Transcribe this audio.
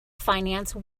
finance